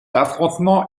affrontement